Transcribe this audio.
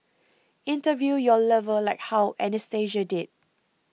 interview your lover like how Anastasia did